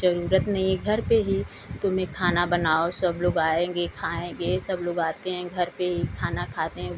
जरूरत नही है घर पर ही तुम्हे खाना बनाओ सब लोग आएंगे खाएंगे सब लोग आते हैं घर पर ही खाना खाते हैं